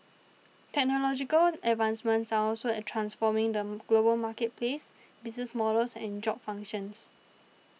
technological advancements are also a transforming them global marketplace business models and job functions